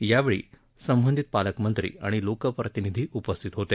यावेळी संबंधित पालकमंत्री आणि लोकप्रतिनिधी उपस्थित होते